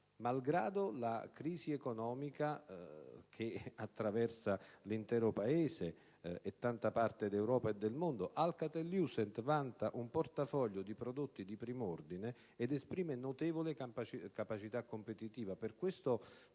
malgrado la crisi economica che attraversa l'intero Paese e tanta parte d'Europa e del mondo. Alcatel-Lucent vanta un portafoglio di prodotti di prim'ordine ed esprime una notevole capacità competitiva. La mia